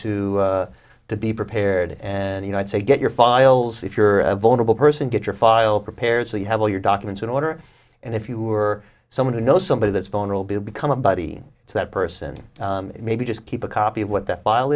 to to be prepared and you know i'd say get your files if you're a vulnerable person get your file prepared so you have all your documents in order and if you were someone you know somebody that's phone will become a buddy to that person maybe just keep a copy of what that file